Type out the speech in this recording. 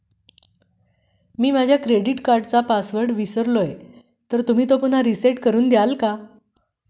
मी माझा क्रेडिट कार्डचा पासवर्ड विसरलो आहे तर तुम्ही तो पुन्हा रीसेट करून द्याल का?